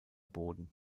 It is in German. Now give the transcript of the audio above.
boden